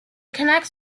connects